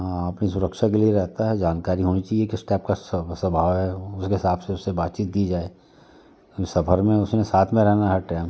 हाँ अपनी सुरक्षा के लिए रहता है जानकारी होनी चाहिए किस टाइप का स्वभ स्वभाव है उसके हिसाब से उससे बातचीत की जाए सफर में उसमें साथ में रहना हर टैम